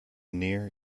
near